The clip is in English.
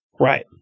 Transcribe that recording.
Right